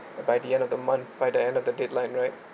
and by the end of the month by the end of the deadline right